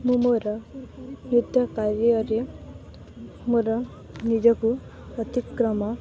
ମୁଁ ମୋର ନୃତ୍ୟ କ୍ୟାରିଅରରେ ମୋର ନିଜକୁ ଅତିକ୍ରମ